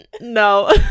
no